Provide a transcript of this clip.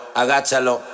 agáchalo